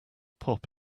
pop